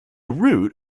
route